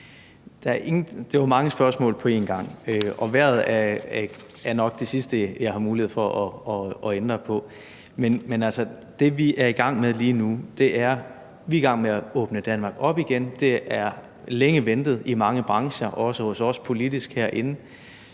Det var mange spørgsmål på en gang – og vejret er nok det sidste, jeg har mulighed for at ændre på. Men det, vi er i gang med lige nu, er at åbne Danmark op igen. Det er længe ventet i mange brancher, også hos os politisk herinde.